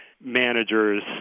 managers